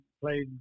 played